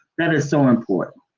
that is so important.